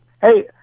Hey